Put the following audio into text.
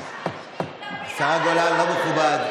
זה לא מכובד.